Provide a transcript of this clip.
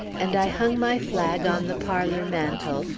and i hung my flag on the parlor mantel,